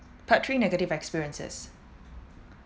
part three negative experiences